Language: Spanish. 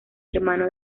hermano